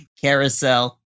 carousel